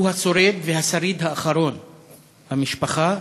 הוא השורד והשריד האחרון במשפחה.